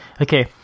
Okay